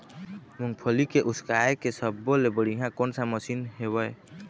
मूंगफली के उसकाय के सब्बो ले बढ़िया कोन सा मशीन हेवय?